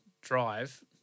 drive